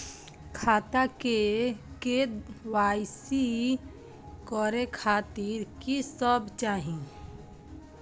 खाता के के.वाई.सी करे खातिर की सब चाही?